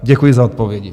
Děkuji za odpovědi.